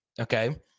okay